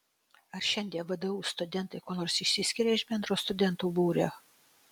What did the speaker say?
ar šiandien vdu studentai kuo nors išsiskiria iš bendro studentų būrio